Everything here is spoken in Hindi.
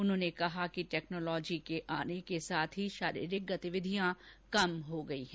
उन्होंने कहा कि टैक्नोलॉजी के आने के साथ ही शारीरिक गतिविधियां कम हो गई हैं